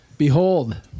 Behold